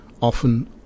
often